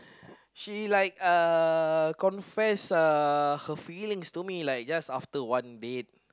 she like uh confess uh her feelings to me like just after one date